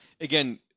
Again